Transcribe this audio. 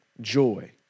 joy